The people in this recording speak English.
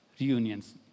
reunions